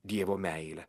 dievo meilę